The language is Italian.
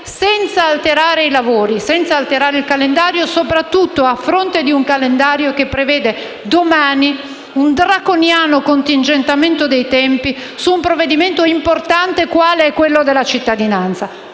senza alterare i lavori e senza alterare il calendario, soprattutto a fronte di un calendario che prevede domani un draconiano contingentamento dei tempi su un provvedimento importante quale quello sulla cittadinanza.